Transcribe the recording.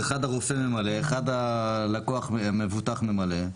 אחד הרופא ממלא, אחד הלקוח מבוטח ממלא.